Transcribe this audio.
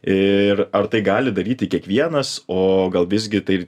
ir ar tai gali daryti kiekvienas o gal visgi tai